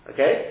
Okay